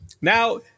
Now